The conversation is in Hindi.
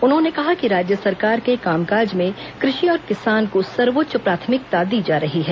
उन्होंने कहा कि राज्य सरकार के कामकाज में कृषि और किसान को सर्वोच्च प्राथमिकता दी जा रही है